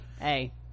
hey